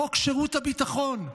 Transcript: חוק שירות הביטחון.